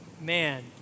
man